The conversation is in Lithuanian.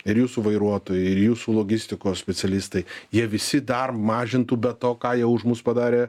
ir jūsų vairuotojai ir jūsų logistikos specialistai jie visi dar mažintų be to ką jau už mus padarė